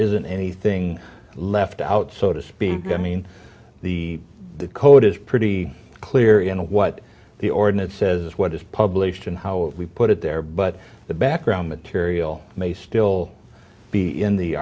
isn't anything left out so to speak i mean the code is pretty clear in what the ordinance says what is published and how we put it there but the background material may still be in the